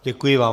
Děkuji vám.